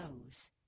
knows